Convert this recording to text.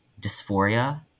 dysphoria